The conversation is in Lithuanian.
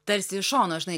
tarsi iš šono žinai